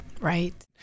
Right